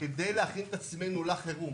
כדי להכין את עצמנו לחירום